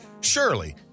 surely